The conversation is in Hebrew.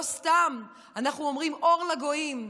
לא סתם אנחנו אומרים אור לגויים,